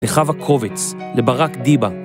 לחווה הקובץ, לברק דיבה